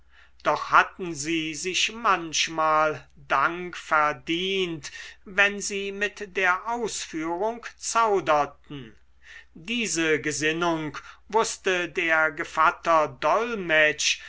doch hatten sie sich manchmal dank verdient wenn sie mit der ausführung zauderten diese gesinnung wußte der gevatter dolmetsch